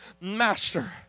master